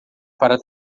para